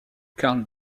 carl